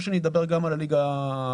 או שאני אדבר גם על הליגה המשנית?